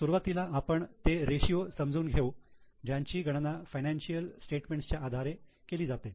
सुरुवातीला आपण ते रेषीयो समजून घेऊ ज्यांची गणना फायनान्शिअल स्टेटमेंट च्या आधारे केल्या जाते